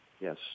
Yes